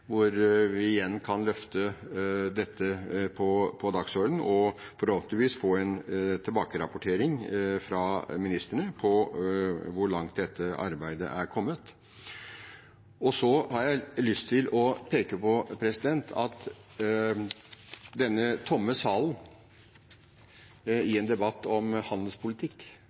hvor vi igjen kan løfte dette på dagsordenen og forhåpentligvis få en tilbakerapportering fra ministerne om hvor langt dette arbeidet er kommet. Jeg har også lyst til å peke på at denne tomme salen, i en debatt om handelspolitikk,